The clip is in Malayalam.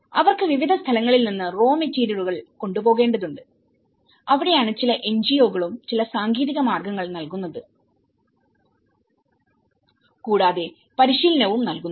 അവർക്ക് വിവിധ സ്ഥലങ്ങളിൽ നിന്ന് റോ മെറ്റീരിയലുകൾ കൊണ്ടുപോകേണ്ടതുണ്ട് അവിടെയാണ് ചില എൻജിഒ കളുംNGOs ചില സാങ്കേതിക മാർഗങ്ങൾ നൽകുന്നത്കൂടാതെ പരിശീലനവും നൽകുന്നു